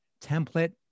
template